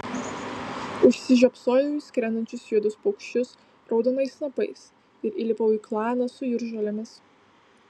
užsižiopsojau į skrendančius juodus paukščius raudonais snapais ir įlipau į klaną su jūržolėmis